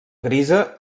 grisa